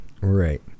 Right